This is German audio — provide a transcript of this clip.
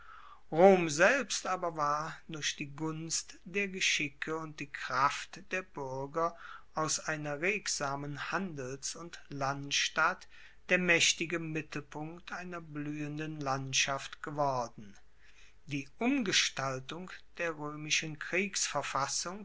rom selbst aber war durch die gunst der geschicke und die kraft der buerger aus einer regsamen handels und landstadt der maechtige mittelpunkt einer bluehenden landschaft geworden die umgestaltung der roemischen